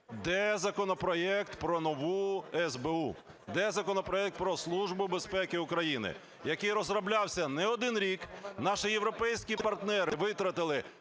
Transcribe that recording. Де законопроект про нову СБУ? Де законопроект про Службу безпеки України, який розроблявся не один рік? Наші європейські партнери витратили